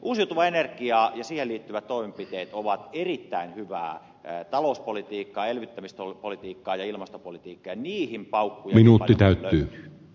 uusiutuva energia ja siihen liittyvät toimenpiteet ovat erittäin hyvää talouspolitiikkaa elvyttämispolitiikkaa ja ilmastopolitiikka ei niihin minua tytärtään